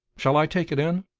shall i take it in?